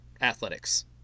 athletics